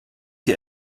dir